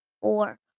four